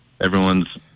Everyone's